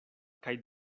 kaj